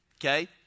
okay